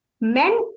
men